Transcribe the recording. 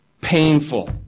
painful